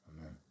Amen